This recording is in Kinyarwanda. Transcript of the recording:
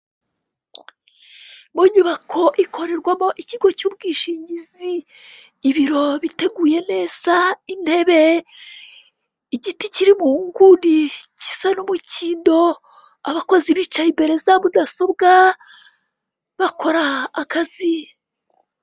Mu nyubako ikorerwamo ikigo cy'ubwishingizi, ibiro biteguye neza intebe igiti kiri mu nguni kisa n'umukindo, abakozi bicaye imbere za mudasobwa bakora akazi.